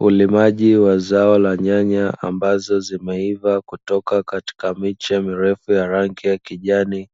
Ulimaji wa zao la nyanya ambazo zimeiva kutoka katika miche mirefu ya rangi ya kijani,